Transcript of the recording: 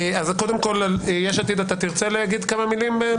יש עתיד, אתה תרצה להגיד כמה מילים?